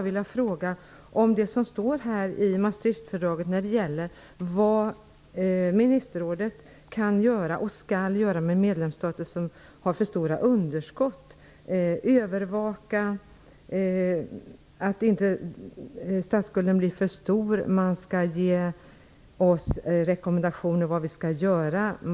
I Maastrichtfördraget står det vad ministerrådet kan och skall göra med medlemsstater som har för stora underskott. Man skall övervaka att statsskulden inte blir för stor. Man skall ge rekommendationer om vad som skall göras.